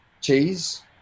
cheese